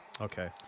Okay